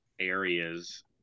areas